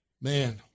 Man